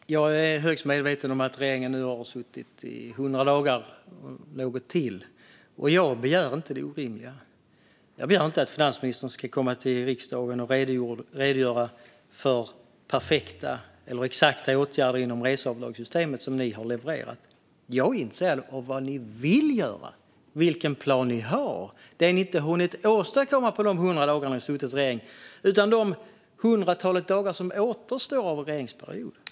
Herr talman! Jag är högst medveten om att regeringen nu har suttit i 100 dagar och något till, och jag begär inte det orimliga. Jag begär inte att finansministern ska komma till riksdagen och redogöra för perfekta eller exakta åtgärder inom reseavdragssystemet som regeringen har levererat. Jag är intresserad av vad ni vill göra, av vilken plan ni har - inte av det ni inte hunnit åstadkomma på de 100 dagar ni suttit i regering utan av vad ni vill de hundratals dagar som återstår av er regeringsperiod.